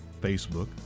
facebook